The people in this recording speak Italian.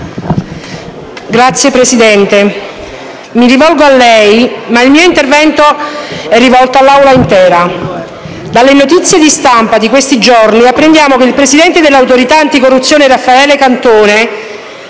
Signora Presidente, mi rivolgo a lei, ma il mio intervento è indirizzato all'Aula intera. Dalle notizie di stampa di questi giorni apprendiamo che il presidente dell'Autorità anticorruzione Raffaele Cantone